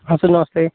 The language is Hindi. हाँ सर नमस्ते